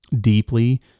deeply